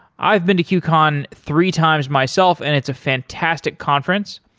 i've been to qcon three times myself and it's a fantastic conference.